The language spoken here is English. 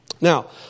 Now